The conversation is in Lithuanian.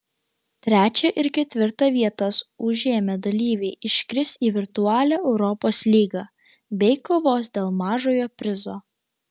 trečią ir ketvirtą vietas užėmę dalyviai iškris į virtualią europos lygą bei kovos dėl mažojo prizo